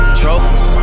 trophies